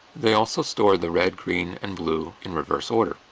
they also store the red, green, and blue in reverse order.